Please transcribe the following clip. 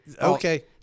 Okay